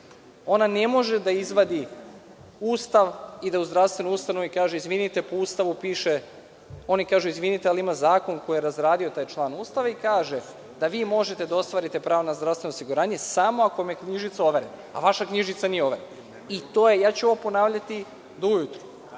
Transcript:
Ona ne može da izvadi Ustav i da u zdravstvenoj ustanovi kaže, izvinite o Ustavu piše, oni kažu, izvinite ali ima zakon koji je razradio taj član Ustava i kaže – da vi možete da ostvarite pravo na zdravstveno osiguranje samo ako vam je knjižica overena, a vaša knjižica nije overena. Ovo ću ponavljati do ujutru,